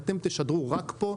אתם תשדרו רק פה,